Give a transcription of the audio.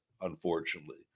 unfortunately